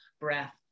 breath